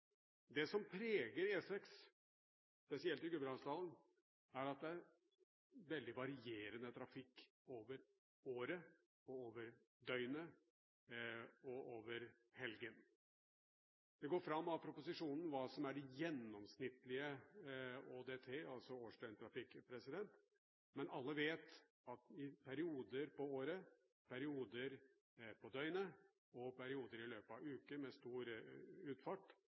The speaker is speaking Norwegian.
Det som preger E6, spesielt i Gudbrandsdalen, er at det er veldig varierende trafikk over året, over døgnet og over helgen. Det går fram av proposisjonen hva som er gjennomsnittlig ÅDT, årsdøgntrafikk, men alle vet at i perioder av året, perioder av døgnet og perioder i løpet av uken med stor utfart,